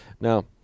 Now